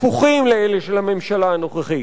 הפוכים מאלה של הממשלה הנוכחית.